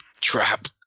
Trap